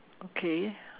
okay